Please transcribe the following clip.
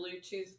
Bluetooth